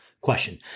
question